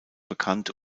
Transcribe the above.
bekannt